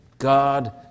God